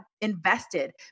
invested